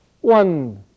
One